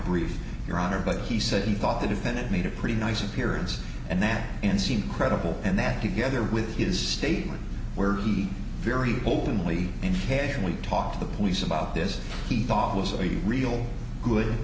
brief your honor but he said he thought the defendant made a pretty nice appearance and that and seem credible and that together with is statement where he very openly and we talked to the police about this he thought was a real good